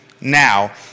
now